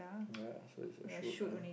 ya so is a shoot ah